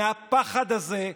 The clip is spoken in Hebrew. מהפחד הזה.